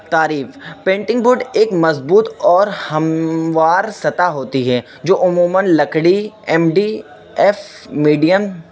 تعریف painting board ایک مضبوط اور ہموار سطح ہوتی ہے جو عموماً لکڑی ایم ڈی ایف میڈیم